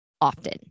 often